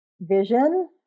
vision